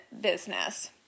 business